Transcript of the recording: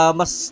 mas